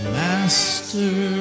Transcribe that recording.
master